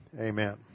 Amen